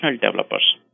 developers